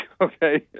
okay